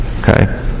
Okay